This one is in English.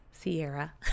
Sierra